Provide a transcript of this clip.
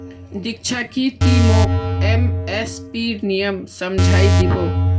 दीक्षा की ती मोक एम.एस.पीर नियम समझइ दी बो